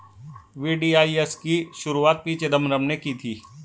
VDIS की शुरुआत P Chidambaram ने की थी